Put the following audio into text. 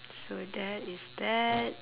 so that is that